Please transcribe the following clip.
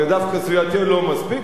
דווקא סביבתיות לא מספיק,